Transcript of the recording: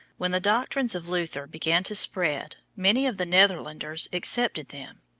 when the doctrines of luther began to spread many of the netherlanders accepted them.